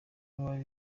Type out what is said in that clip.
wari